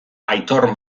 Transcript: aitor